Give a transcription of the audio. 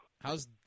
How's